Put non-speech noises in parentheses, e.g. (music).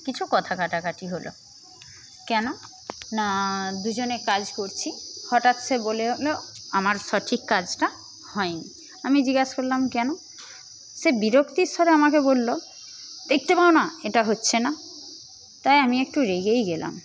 কিছু কথা কাটাকাটি হল কেন না দুজনে কাজ করছি হঠাৎ সে বলে (unintelligible) আমার সঠিক কাজটা হয়নি আমি জিজ্ঞাসা করলাম কেন সে বিরক্তির স্বরে আমাকে বলল দেখতে পাও না এটা হচ্ছে না তাই আমি একটু রেগেই গেলাম